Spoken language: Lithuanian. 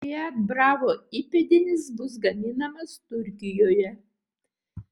fiat bravo įpėdinis bus gaminamas turkijoje